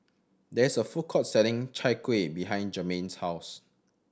there is a food court selling Chai Kuih behind Jermain's house